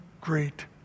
great